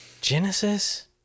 Genesis